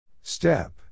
Step